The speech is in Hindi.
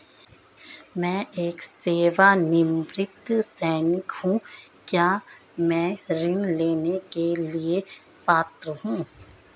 मैं एक सेवानिवृत्त सैनिक हूँ क्या मैं ऋण लेने के लिए पात्र हूँ?